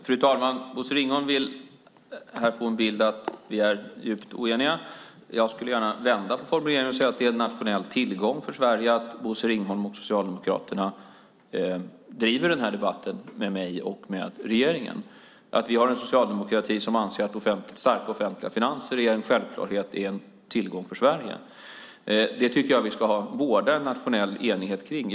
Fru talman! Bosse Ringholm vill här ge en bild av att vi är djupt oeniga. Jag skulle gärna vända på formuleringen och säga att det är en nationell tillgång för Sverige att Bosse Ringholm och Socialdemokraterna driver den här debatten med mig och med regeringen, att vi har en socialdemokrati som anser att starka offentliga finanser är en självklarhet och en tillgång för Sverige. Det tycker jag att vi ska vårda en nationell enighet kring.